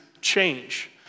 change